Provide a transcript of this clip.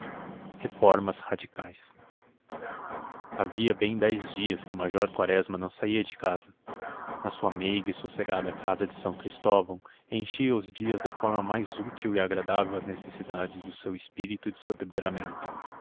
reformas radicais havia bem dez dias que o major quaresma não saía de casa na sua meiga e sossegada casa de são cristóvão enchia os dias da forma mais útil e agradável às necessidades do seu espírito e do seu temperamento